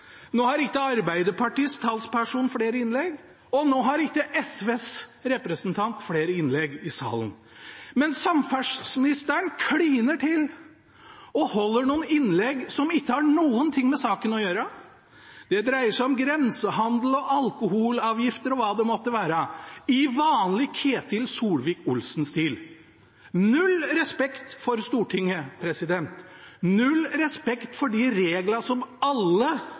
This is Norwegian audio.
nå har ikke Arbeiderpartiets talsperson flere innlegg, og nå har ikke SVs representant flere innlegg i salen. Men samferdselsministeren kliner til og holder noen innlegg som ikke har noen ting med saken å gjøre. Det dreier seg om grensehandel, alkoholavgifter og hva det måtte være, i vanlig Ketil Solvik-Olsen-stil. Null respekt for Stortinget, null respekt for de reglene som alle